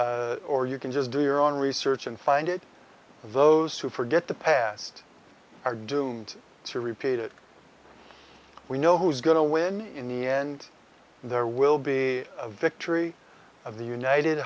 or you can just do your own research and find it for those who forget the past are doomed to repeat it we know who's going to win in the end there will be a victory of the united